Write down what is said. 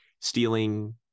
stealing